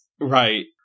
Right